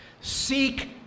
Seek